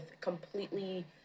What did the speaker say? completely